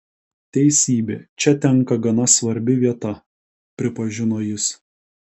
teisybė čia tenka gana svarbi vieta pripažino jis